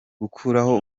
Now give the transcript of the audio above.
gukuraho